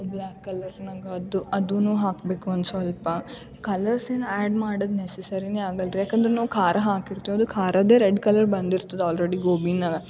black ಕಲ್ಲರ್ನಾಗೆ ಅದು ಅದು ಹಾಕಬೇಕು ಒಂದು ಸ್ವಲ್ಪ ಕಲ್ಲರ್ಸೆನು ಆ್ಯಡ್ ಮಾಡೋದು ನೆಸಸರಿನೇ ಆಗಲ್ರಿ ಯಾಕಂದ್ರೆ ನಾವು ಖಾರ ಹಾಕಿರ್ತೀವಿ ಅದು ಖಾರದ್ದೇ ರೆಡ್ ಕಲರ್ ಬಂದಿರ್ತದೆ ಆಲ್ರೆಡಿ ಗೋಬಿನಾಗೆ